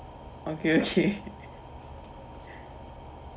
okay okay